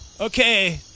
Okay